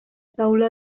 taula